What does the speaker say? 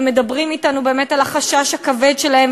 ומדברים אתנו באמת על החשש הכבד שלהם,